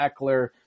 Eckler